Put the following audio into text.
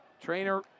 Trainer